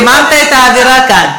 חיממת את האווירה כאן.